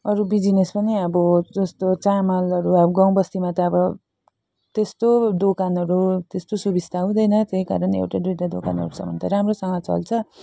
अरू बिजनेस पनि अब जस्तो चामलहरू अब गाउँबस्तीमा त अब त्यस्तो दोकानहरू त्यस्तो सुविस्ता हुँदैन त्यही कारण एउटा दुईवटा दोकानहरू छ भने त राम्रोसँग चल्छ